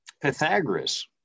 Pythagoras